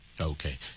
Okay